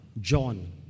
John